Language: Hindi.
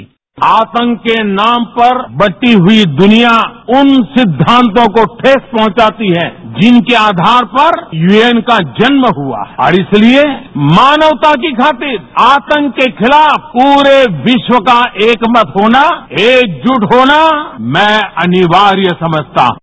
बाईट आतंक के नाम पर बटीं हुई दुनिया उन सिद्वांतों को ठेस पहुंचाती है जिनके आधार पर यूएन का जन्म हुआ है और इसलिए मानवता के खातिर आतंक के खिलाफ पूरे विश्व का एक मत होना एक जुट होना मैं अनिवार्य समझता हूं